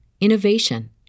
innovation